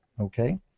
okay